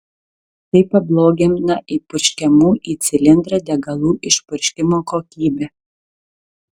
tai pablogina įpurškiamų į cilindrą degalų išpurškimo kokybę